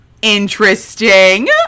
interesting